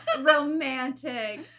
Romantic